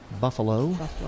Buffalo